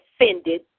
offended